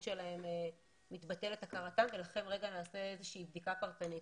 שלהם מתבטלת הכרתם ולכן נעשה בדיקה פרטנית.